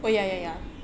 oh ya ya ya